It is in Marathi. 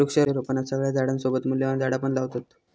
वृक्षारोपणात सगळ्या झाडांसोबत मूल्यवान झाडा पण लावतत